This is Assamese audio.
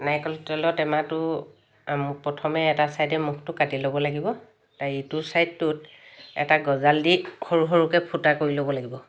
নাৰিকল তেলৰ টেমাটো প্ৰথমে এটা ছাইডে মুখটো কাটি ল'ব লাগিব তাৰ ইটো ছাইডটোত এটা গজাল দি সৰু সৰুকৈ ফুটা কৰি ল'ব লাগিব